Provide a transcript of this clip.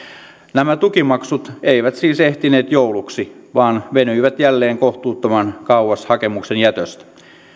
nämä tukimaksut eivät siis ehtineet jouluksi vaan venyivät jälleen kohtuuttoman kauas hakemuksen jätöstä